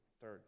Third